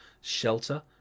shelter